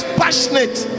passionate